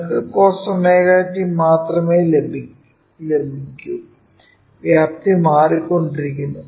നിങ്ങൾക്ക് cos ωt മാത്രമേ ലഭിക്കൂ വ്യാപ്തി മാറിക്കൊണ്ടിരിക്കുന്നു